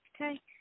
okay